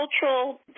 Cultural